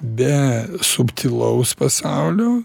be subtilaus pasaulio